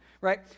right